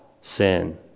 sin